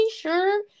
sure